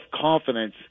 confidence